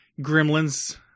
Gremlins